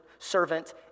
Servant